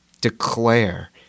declare